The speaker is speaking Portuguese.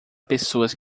pessoas